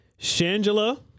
Shangela